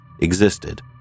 existed